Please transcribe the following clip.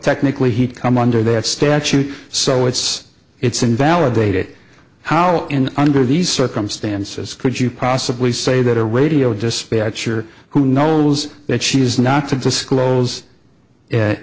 technically he'd come under that statute so it's it's invalidated how in under these circumstances could you possibly say that a radio dispatcher who knows that she's not to disclose